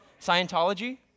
Scientology